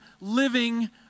living